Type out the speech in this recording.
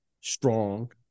strong